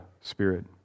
Spirit